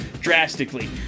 drastically